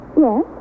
Yes